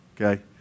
okay